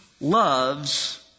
loves